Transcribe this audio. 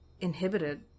inhibited